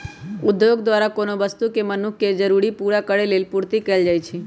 उद्योग द्वारा कोनो वस्तु के मनुख के जरूरी पूरा करेलेल पूर्ति कएल जाइछइ